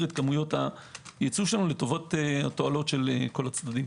את כמויות הייצוא שלנו לטובת תועלות כל הצדדים.